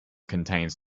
contains